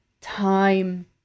time